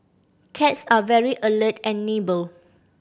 cats are very alert and nimble